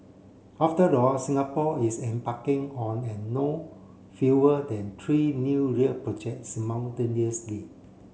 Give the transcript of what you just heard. after all Singapore is embarking on an no fewer than tree new rail projects simultaneously